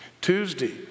Tuesday